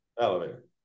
elevator